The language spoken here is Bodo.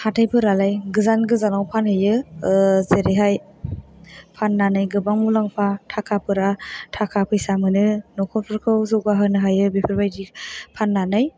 हाथायफोरालाय गोजान गोजानाव फानहैयो जेरैहाय फाननानै गोबां मुलाम्फा थाखाफोरा थाखा फैसा मोनो न'खरफोरखौ जौगाहोनो हायो बेफोरबायदि फाननानै